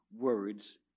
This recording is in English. words